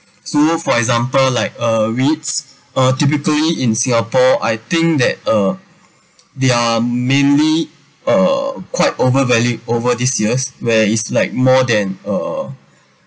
so for example like uh REITs uh typically in singapore I think that uh they are mainly uh quite overvalued over these years where it's like more than uh